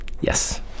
Yes